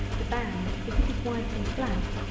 the band if it is white and black,